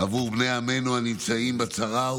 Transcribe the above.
עבור בני עמנו הנמצאים בצרה,